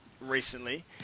recently